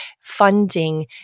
funding